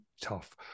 tough